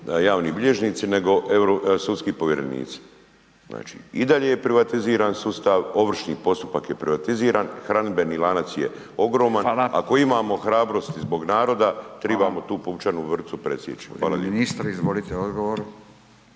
javni bilježnici nego sudski povjerenici. Znači i dalje je privatiziran sustav, ovršni postupak je privatiziran i hranidbeni lanac je ogroman. Ako imamo hrabrosti zbog naroda trebamo tu pupčanu vrpcu presjeći. Hvala lijepa. **Radin, Furio